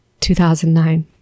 2009